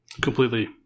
completely